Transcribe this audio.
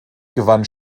gewann